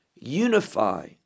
unify